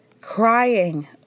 crying